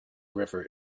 river